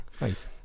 Nice